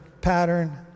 pattern